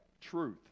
truth